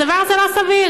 הדבר הזה לא סביר.